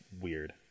weird